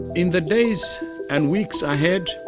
in the days and weeks ahead,